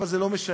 אבל זה לא משנה,